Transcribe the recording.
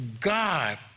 God